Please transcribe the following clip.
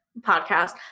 podcast